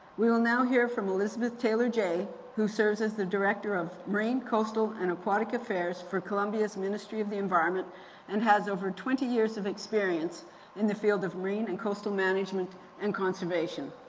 we will now hear from elizabeth taylor jay who serves as the director of marine coastal and aquatic affairs for columbia's ministry of the environment and has over twenty years of experience in the field of marine and coastal management and conservation.